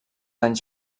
anys